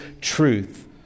truth